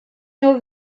nur